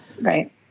Right